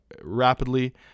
rapidly